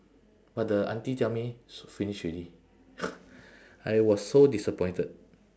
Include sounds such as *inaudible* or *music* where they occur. but the auntie tell me s~ finish already *noise* I was so disappointed